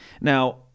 Now